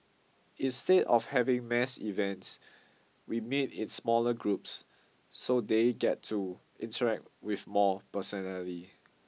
instead of having mass events we meet in smaller groups so they get to interact with more personally